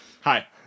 hi